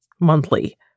monthly